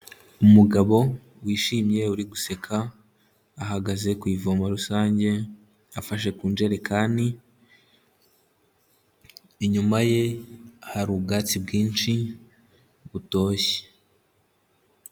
Umugabo wishimye uri guseka ahagaze ku ivomo rusange afashe ku njerekani, inyuma ye hari ubwatsi bwinshi butoshye.